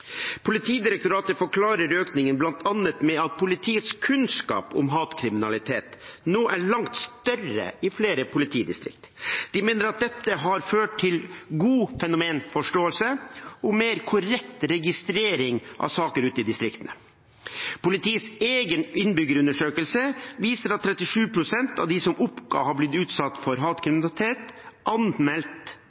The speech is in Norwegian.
Politidirektoratet forklarer økningen bl.a. med at politiets kunnskap om hatkriminalitet nå er langt større i flere politidistrikter. De mener at dette har ført til god fenomenforståelse og mer korrekt registrering av saker ute i distriktene. Politiets egen innbyggerundersøkelse viser at 37 pst. av dem som oppga å ha blitt utsatt for hatkriminalitet,